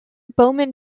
bowman